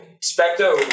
Spectre